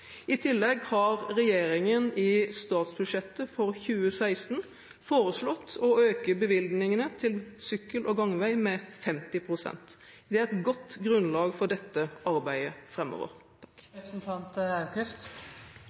I tillegg har regjeringen i statsbudsjettet for 2016 foreslått å øke bevilgningene til sykkel- og gangveier med 50 pst. Det er et godt grunnlag for dette arbeidet